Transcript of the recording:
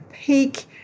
peak